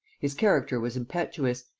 his character was impetuous,